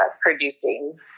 producing